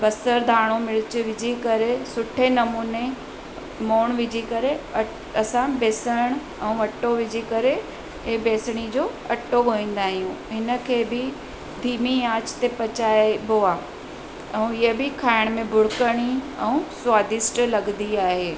बसर धाणो मिर्च विझी करे सुठे नमूने मोण विझी करे असां बेसण ऐं अटो विझी करे हीअ बेसणी जो अटो गोहींदा आहियूं हिनखे बि धीमी आंच ते पचाइबो आहे ऐं ईअं बि खाइण में भुरकणी ऐं स्वादिष्ट लॻंदी आहे